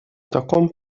таком